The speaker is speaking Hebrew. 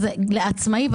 לעצמאים,